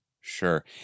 Sure